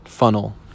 funnel